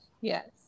Yes